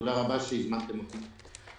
תודה רבה שהזמנתם אותי.